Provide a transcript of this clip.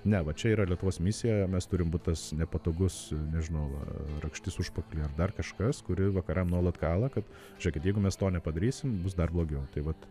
ne va čia yra lietuvos misija mes turim būt tas nepatogus nežinau rakštis užpakaly ar dar kažkas kuri vakaram nuolat kala kad žiūrėkit jeigu mes to nepadarysim bus dar blogiau tai vat